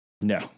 No